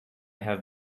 have